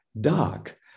dark